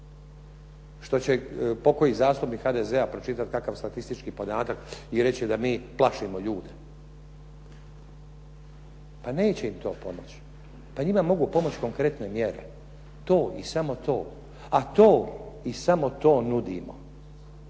što će pokoji zastupnik HDZ-a pročitati kakav statistički podatak i reći da mi plašimo ljude. Pa neće im to pomoći. Pa njima mogu pomoći konkretne mjere. To i samo to. a to i samo to nudimo.